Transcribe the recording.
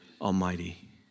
Almighty